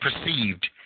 perceived